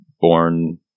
born